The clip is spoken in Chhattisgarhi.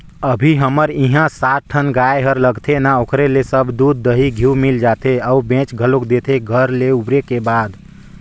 अभी हमर इहां सात ठन गाय हर लगथे ना ओखरे ले सब दूद, दही, घींव मिल जाथे अउ बेंच घलोक देथे घर ले उबरे के बाद